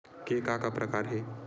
के का का प्रकार हे?